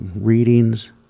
readings